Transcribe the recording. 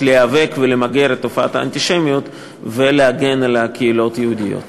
להיאבק ולמגר את תופעת האנטישמיות ולהגן על הקהילות היהודיות.